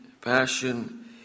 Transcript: passion